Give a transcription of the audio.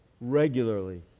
regularly